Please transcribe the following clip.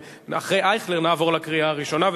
אחרי חבר הכנסת אייכלר נעבור להצבעה בקריאה ראשונה,